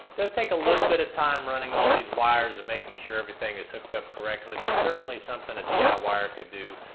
does take a little bit of time running all these wires and making sure everything is hooked up correctly, but certainly something a diy-er could do.